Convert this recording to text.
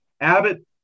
Abbott